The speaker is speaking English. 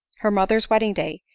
her mother's wedding day,